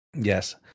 Yes